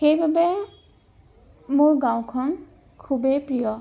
সেইবাবে মোৰ গাঁওখন খুবেই প্ৰিয়